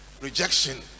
Rejection